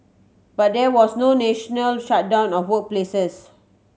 but there was no national shutdown of workplaces